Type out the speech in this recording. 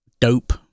dope